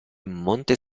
monte